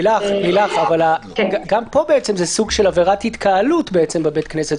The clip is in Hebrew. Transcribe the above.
גם פה זה סוג של עבירת התקהלות בבית הכנסת.